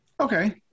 Okay